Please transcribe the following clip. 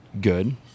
Good